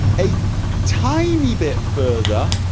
a tiny bit further